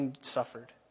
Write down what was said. suffered